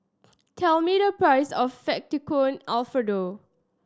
tell me the price of Fettuccine Alfredo